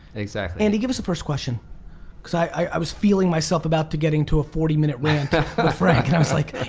exactly. andy, give us a first question cause i was feeling myself about to getting to a forty minute rant frank and i was like you